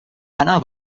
anna